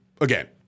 again